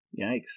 Yikes